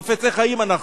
חפצי חיים אנחנו.